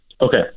Okay